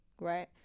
right